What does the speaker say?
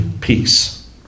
peace